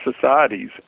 societies